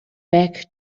back